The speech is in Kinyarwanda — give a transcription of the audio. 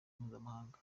mpuzamahanga